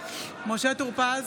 משה טור פז,